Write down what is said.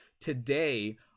Today